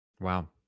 Wow